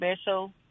special